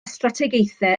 strategaethau